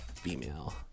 female